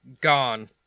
gone